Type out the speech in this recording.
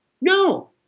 No